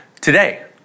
today